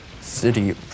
city